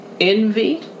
envy